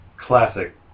classic